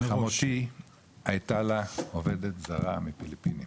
חמותי הייתה לה עובדת זרה מפיליפינים,